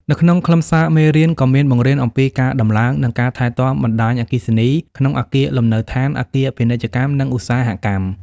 នៅក្នុងខ្លឹមសារមេរៀន ក៏មានបង្រៀនអំពីការតំឡើង និងថែទាំបណ្តាញអគ្គិសនីក្នុងអគារលំនៅឋាន អគារពាណិជ្ជកម្ម និងឧស្សាហកម្ម។